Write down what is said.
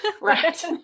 Right